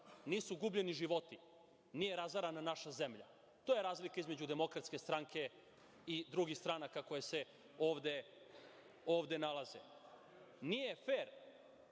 nisu gubljeni životi, nije razarana naša zemlja. To je razlika između DS i drugih stranaka koje se ovde nalaze. Nije fer.